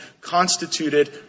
constituted